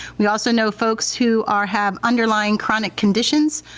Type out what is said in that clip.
we also know folks who are have underlying chronic conditions.